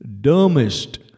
dumbest